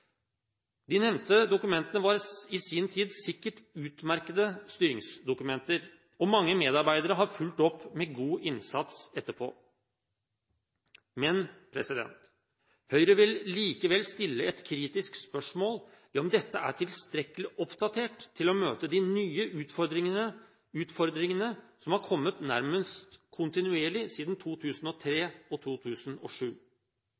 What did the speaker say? De nevnte dokumentene var i sin tid sikkert utmerkede styringsdokumenter, og mange medarbeidere har fulgt opp med god innsats etterpå. Høyre vil likevel stille et kritisk spørsmål ved om dette er tilstrekkelig oppdatert til å møte de nye utfordringene som har kommet nærmest kontinuerlig siden